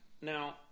Now